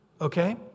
Okay